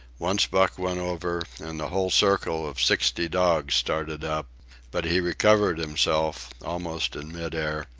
once buck went over, and the whole circle of sixty dogs started up but he recovered himself, almost in mid air,